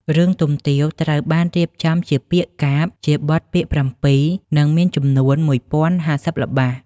រឿងទុំទាវត្រូវបានរៀបចំជាពាក្យកាព្យ ជាបទពាក្យ៧ និងមានចំនួន១០៥០ល្បះ។